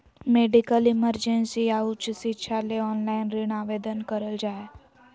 medical emergency या उच्च शिक्षा ले ऑनलाइन ऋण आवेदन करल जा हय